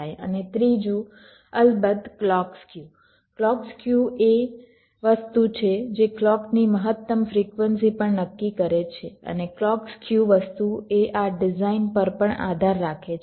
અને ત્રીજું અલબત્ત ક્લૉક સ્ક્યુ ક્લૉક સ્ક્યુ એ વસ્તુ છે જે ક્લૉકની મહત્તમ ફ્રીક્વન્સી પણ નક્કી કરે છે અને ક્લૉક સ્ક્યુ વસ્તુ એ આ ડિઝાઇન પર પણ આધાર રાખે છે